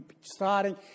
starting